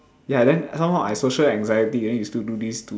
ya then some more I social anxiety then you still do this to